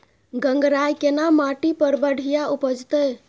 गंगराय केना माटी पर बढ़िया उपजते?